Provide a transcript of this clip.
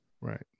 Right